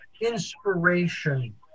inspiration